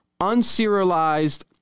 unserialized